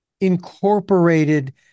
incorporated